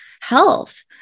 health